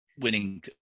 winning